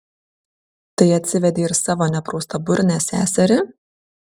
tai atsivedei ir savo nepraustaburnę seserį